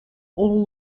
all